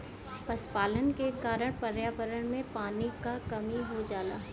पशुपालन के कारण पर्यावरण में पानी क कमी हो जाला